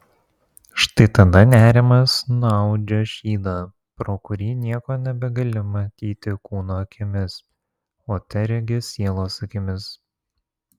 štai tada nerimas nuaudžia šydą pro kurį nieko nebegali matyti kūno akimis o teregi sielos akimis